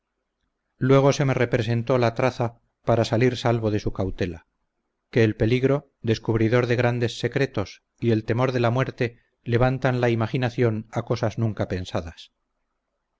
luego se me representó la traza para salir salvo de su cautela que el peligro descubridor de grandes secretos y el temor de la muerte levantan la imaginación a cosas nunca pensadas